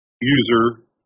user